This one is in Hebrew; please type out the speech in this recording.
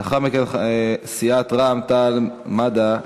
לאחר מכן, סיעת רעם-תע"ל-מד"ע,